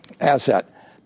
asset